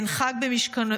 והן חג במשכנותינו,